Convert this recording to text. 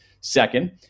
Second